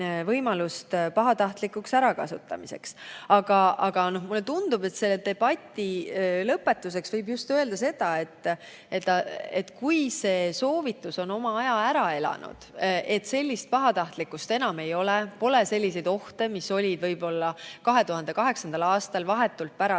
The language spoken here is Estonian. võimalust pahatahtlikuks ärakasutamiseks. Aga mulle tundub, et selle debati lõpetuseks võib öelda seda, et vahest see soovitus on oma aja ära elanud. Vahest sellist pahatahtlikkust enam ei ole, pole selliseid ohte, mis olid 2008. aastal vahetult pärast